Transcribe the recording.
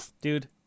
Dude